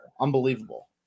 unbelievable